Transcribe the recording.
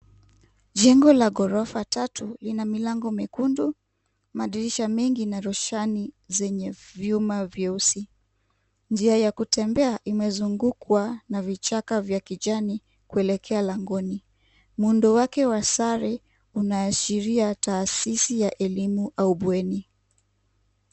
Jengo la ghorofa tatu lina milango mekundu, madirisha mengi na rushani zenye vyuma vyeusi. Njia la kutembea imezungukwa na kichaka ya kijani kuelekea langoni. Muundo wake wa sare unaashiria taasisi ya elimu bweni.